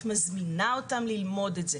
את מזמינה אותם ללמוד את זה.